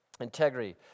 integrity